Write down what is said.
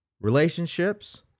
relationships